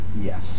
Yes